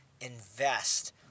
invest